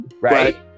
Right